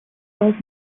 old